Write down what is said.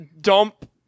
dump